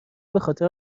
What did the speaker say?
بخاطر